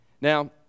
Now